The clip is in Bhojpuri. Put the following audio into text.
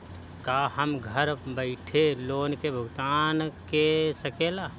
का हम घर बईठे लोन के भुगतान के शकेला?